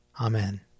Amen